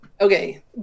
okay